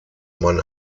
man